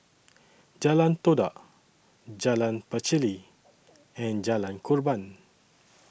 Jalan Todak Jalan Pacheli and Jalan Korban